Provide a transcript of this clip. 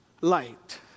light